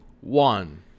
one